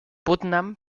putnam